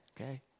okay